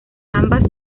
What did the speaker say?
ambas